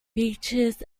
beaches